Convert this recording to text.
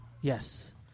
Yes